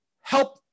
help